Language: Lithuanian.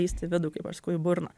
lįsti į vidų kaip aš sakau į burną